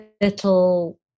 little